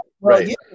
right